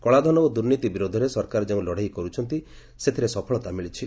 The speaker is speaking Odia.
କଳାଧନ ଓ ଦୁର୍ନୀତି ବିରୋଧରେ ସରକାର ଯେଉଁ ଲଡ଼େଇ ଲଢୁଛନ୍ତି ସେଥିରେ ସଫଳତା ମିଳିଛି